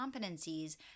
competencies